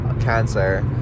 cancer